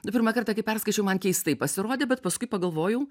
pirmą kartą kai perskaičiau man keistai pasirodė bet paskui pagalvojau